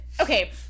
Okay